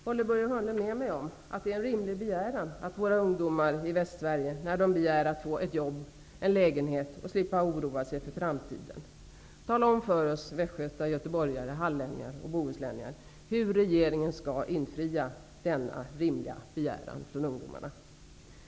Håller Börje Hörnlund med mig om att det är rimligt av våra ungdomar i Västsverige att begära att få ett jobb och en lägenhet och att slippa oroa sig för framtiden? Tala om för oss västgötar, göteborgare, hallänningar och bohuslänningar hur regeringen skall infria denna rimliga begäran från ungdomarna.